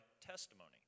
testimony